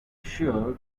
sure